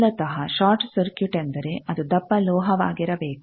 ಮೂಲತಃ short circuit ಎಂದರೆ ಅದು ದಪ್ಪ ಲೋಹವಾಗಿರಬೇಕು